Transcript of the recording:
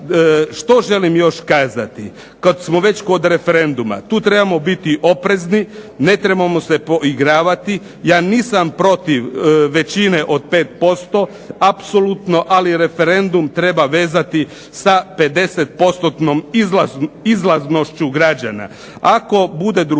Što želim još kazati? Kad smo već kod referenduma tu trebamo biti oprezni, ne trebamo se poigravati. Ja nisam protiv većine od 5%, apsolutno, ali referendum treba vezati sa 50%-nom izlaznošću građana. Ako bude drugačije,